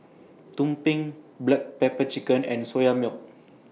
Tumpeng Black Pepper Chicken and Soya Milk